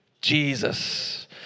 Jesus